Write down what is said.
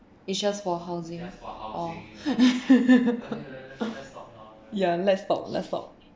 it's just for housing let's stop let's stop